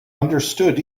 understood